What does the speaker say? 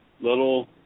little